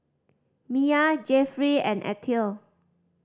Mia Jeffrey and Ethyle